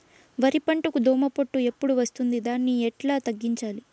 వరి పంటకు దోమపోటు ఎప్పుడు వస్తుంది దాన్ని ఎట్లా తగ్గించాలి?